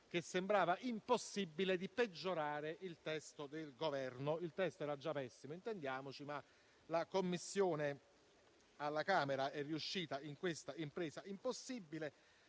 che sembrava impossibile, di peggiorare il testo del Governo. Il testo era già pessimo, intendiamoci, ma la Commissione alla Camera è riuscita in questa impresa impossibile: